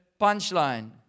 punchline